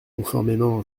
conformément